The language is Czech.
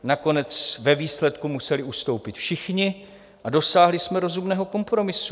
Nakonec ve výsledku museli ustoupit všichni a dosáhli jsme rozumného kompromisu.